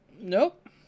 Nope